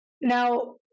Now